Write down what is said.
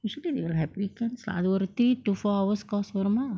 usually they will have weekends lah they got like three to four hours course for an amount